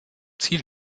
ziel